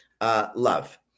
love